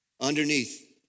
Underneath